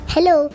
Hello